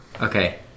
Okay